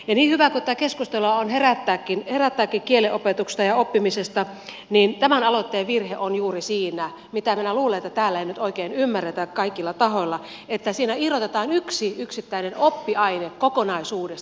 niin hyvä kuin onkin herättää tätä keskustelua kielenopetuksesta ja oppimisesta niin tämän aloitteen virhe on juuri siinä mitä minä luulen että täällä ei nyt oikein ymmärretä kaikilla tahoilla että siinä irrotetaan yksi yksittäinen oppiaine kokonaisuudesta